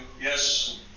yes